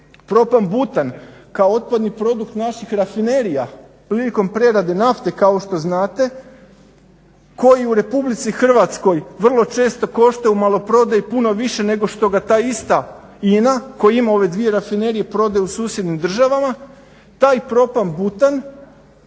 Propan-butan kao otpadni produkt naših rafinerija prilikom prerade nafte kao što znate koji u RH vrlo često koštaju u maloprodaji puno više nego što ga ta ista INA koja ima ove dvije rafinerije prodaju susjednim državama, taj propan-butan